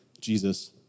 Jesus